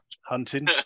hunting